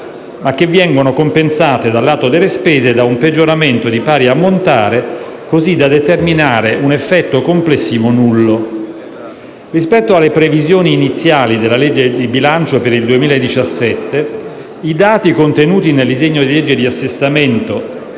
però vengono compensate dal lato delle spese da un peggioramento di pari ammontare, così da determinare un effetto complessivo nullo. Rispetto alle previsioni iniziali della legge di bilancio per il 2017, i dati contenuti nel disegno di legge di assestamento